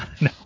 No